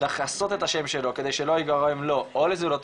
לכסות את השם שלו כדי שלא ייגרם לו או לזולתו